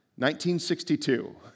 1962